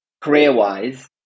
career-wise